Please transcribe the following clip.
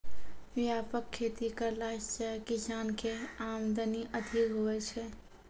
व्यापक खेती करला से किसान के आमदनी अधिक हुवै छै